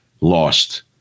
lost